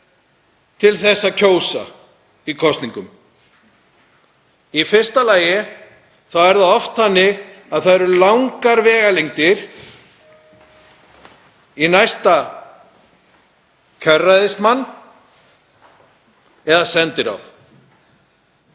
til að kjósa í kosningum. Í fyrsta lagi er það oft þannig að langar vegalengdir eru í næsta kjörræðismann eða sendiráð.